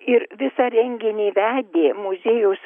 ir visą renginį vedė muziejaus